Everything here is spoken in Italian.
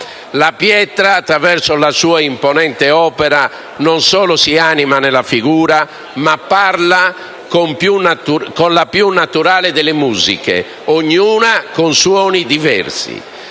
La pietra, attraverso la sua imponente opera, non solo si anima nella figura, ma parla con la più naturale delle musiche, ognuna con suoni diversi.